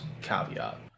caveat